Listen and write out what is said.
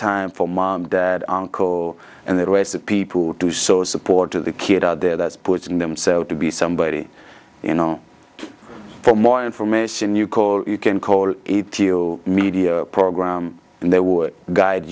time for my uncle and the rest of people to do so support to the kid out there that's pushing themselves to be somebody you know for more information you call you can call it you media program and they would guide